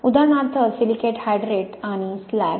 उदाहरनार्थ silicate hydrate आणि slag